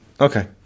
Okay